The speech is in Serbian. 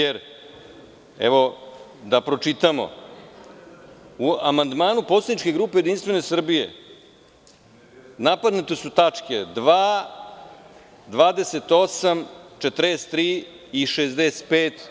Evo, da pročitamo – u amandmanu poslaničke grupe JS napadnute su tačke 2, 28, 43. i 65.